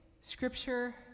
scripture